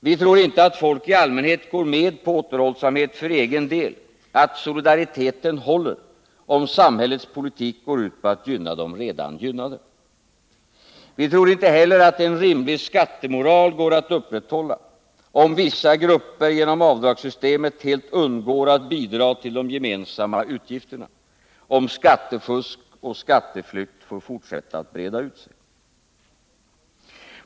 Vi tror inte att folk i allmänhet går med på återhållsamhet för egen del, att solidariteten håller, om samhällets politik går ut på att gynna de redan gynnade. Vi tror inte heller att en rimlig skattemoral går att upprätthålla, om vissa grupper genom avdragssystemet helt undgår att bidra till de gemensamma utgifterna, om skattefusk och skatteflykt får fortsätta att breda ut sig.